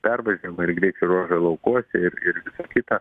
pervažiavimasi ir greičio ruožai laukuose ir ir visa kita